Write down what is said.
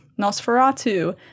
Nosferatu